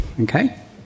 Okay